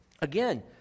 Again